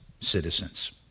citizens